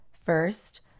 First